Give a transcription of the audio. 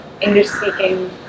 English-speaking